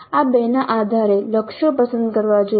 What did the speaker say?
આ બેના આધારે લક્ષ્યો પસંદ કરવા જોઈએ